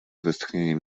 westchnieniem